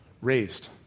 raised